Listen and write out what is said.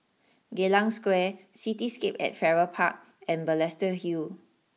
Geylang Square Cityscape at Farrer Park and Balestier Hill